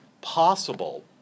possible